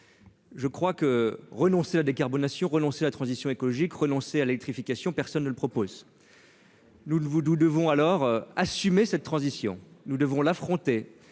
Je crois que renoncer à décarbonation relancer la transition écologique renoncer à l'électrification, personne ne le propose. Nous ne vous nous devons alors assumer cette transition, nous devons l'affronter